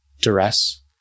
duress